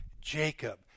Jacob